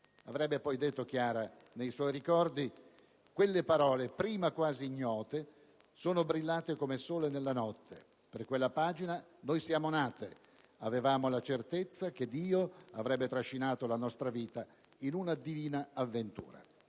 Avrebbe poi detto nei suoi ricordi: «Quelle parole, prima quasi ignote, sono brillate come sole nella notte. Per quella pagina, noi siamo nate. Avevamo la certezza che Dio avrebbe trascinato la nostra vita in una divina avventura».